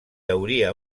hauria